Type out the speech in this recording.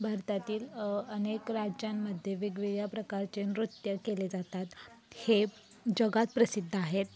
भारतातील अनेक राज्यांमध्ये वेगवेगळ्या प्रकारचे नृत्य केले जातात हे जगात प्रसिद्ध आहेत